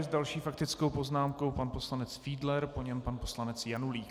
S další faktickou poznámkou pan poslanec Fiedler, po něm pan poslanec Janulík.